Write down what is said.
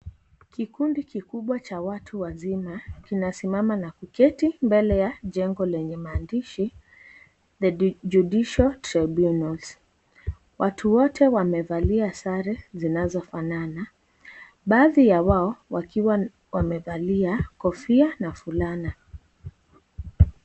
Kikundi kikubwa cha watu wazima, kinasimama na kuketi mbele ya jengo lenye maandishi " The Judicial tribunal ". Watu wote wamevalia sare zinazofanana. Baadhi ya wao wakiwa wamevalia kofia na fulana.